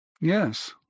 Yes